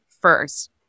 first